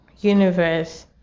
universe